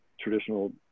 traditional